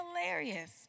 hilarious